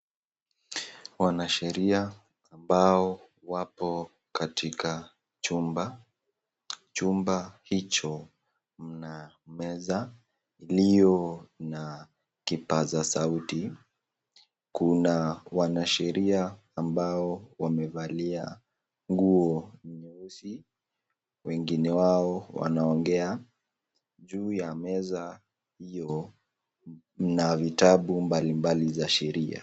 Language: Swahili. Wanasheria ambao wako katika chumba, chumba hicho mna meza iliyo na kipaza sauti kuna wanasheria ambao wamevalia nguo nyeusi wengine wao wanaongea juu ya meza hiyo na vitabu mbalimbali za sheria.